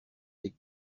est